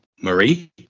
Marie